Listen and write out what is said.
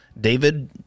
David